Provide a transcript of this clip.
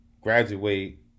graduate